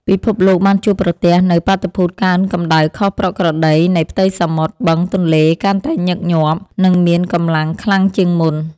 ពិភពលោកបានជួបប្រទះនូវ បាតុភូតកើនកម្ដៅខុសប្រក្រតីនៃផ្ទៃសមុទ្រ បឹង ទន្លេ កាន់តែញឹកញាប់ និងមានកម្លាំងខ្លាំងជាងមុន។